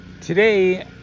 today